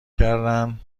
کردن